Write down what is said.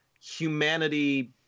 humanity